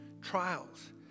trials